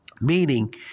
meaning